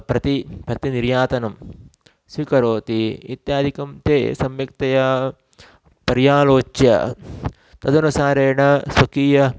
प्रति प्रतिनिर्यातनं स्वीकरोति इत्यादिकं ते सम्यक्तया पर्यालोच्य तदनुसारेण स्वकीयं